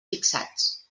fixats